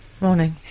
Morning